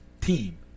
team